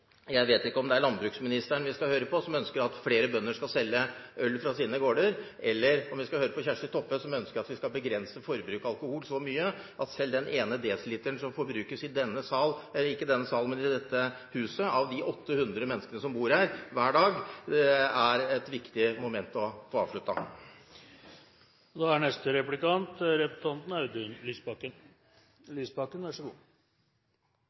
Jeg vet ikke om det er landbruksministeren vi skal høre på, som ønsker at flere bønder skal selge øl fra sine gårder, eller om vi skal høre på Kjersti Toppe, som ønsker at vi skal begrense forbruket av alkohol så mye at selv den ene desiliteren som forbrukes i denne sal – nei, ikke i denne sal, men i dette huset av de 800 menneskene som går her hver dag, er et viktig moment å få